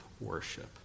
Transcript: worship